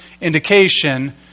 indication